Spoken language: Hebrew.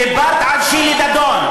דיברת על שלי דדון.